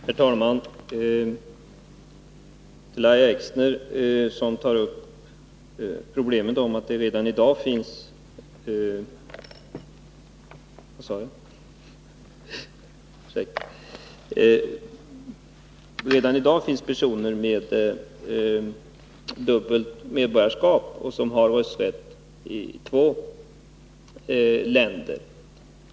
Herr talman! Lahja Exner tar upp problemet att det redan i dag finns personer med dubbelt medborgarskap som har rösträtt i två länder.